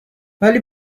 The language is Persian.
ولی